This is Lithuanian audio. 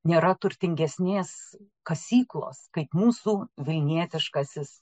nėra turtingesnės kasyklos kaip mūsų vilnietiškasis